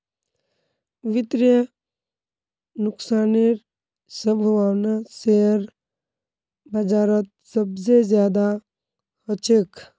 वित्तीय नुकसानेर सम्भावना शेयर बाजारत सबसे ज्यादा ह छेक